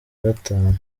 gatanu